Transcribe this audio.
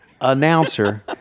announcer